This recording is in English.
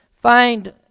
find